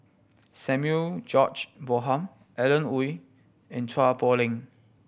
Samuel George Bonham Alan Oei and Chua Poh Leng